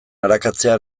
arakatzea